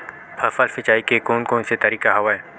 फसल सिंचाई के कोन कोन से तरीका हवय?